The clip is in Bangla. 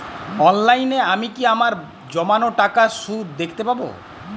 অনলাইনে আমি কি আমার জমানো টাকার সুদ দেখতে পবো?